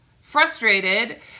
Frustrated